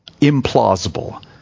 implausible